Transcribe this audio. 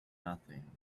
nothing